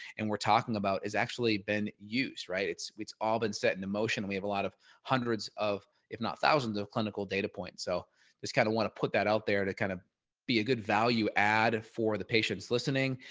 and we're talking about are actually being used, right it's it's all been set in emotion we have a lot of hundreds of, if not thousands of clinical data points. so just kind of want to put that out there to kind of be a good value add for the patient's listening,